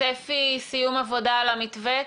צפי סיום עבודה על המתווה?